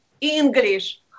English